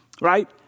Right